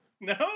No